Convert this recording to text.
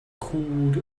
cooled